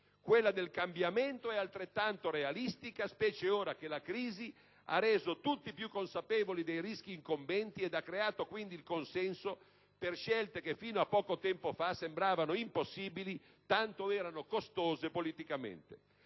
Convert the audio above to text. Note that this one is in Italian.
quella del cambiamento è altrettanto realistica, specie ora che la crisi ha reso tutti più consapevoli dei rischi incombenti ed ha creato quindi il consenso per scelte che fino a poco tempo fa sembravano impossibili, tanto erano costose politicamente.